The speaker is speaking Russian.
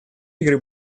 игры